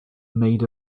maid